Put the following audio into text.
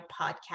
podcast